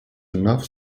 enough